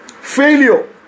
Failure